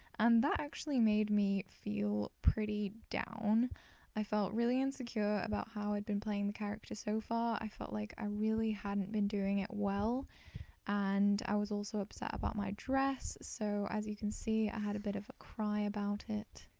and that actually made me feel pretty down i felt really insecure about how i'd been playing the character so far, i felt like i really hadn't been doing it well and i was also upset about my dress. so as you can see i had a bit of a cry about it.